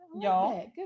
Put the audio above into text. Y'all